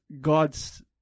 God's